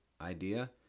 idea